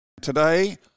Today